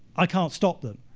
i can't stop them.